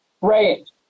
Right